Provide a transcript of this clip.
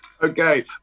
Okay